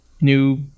new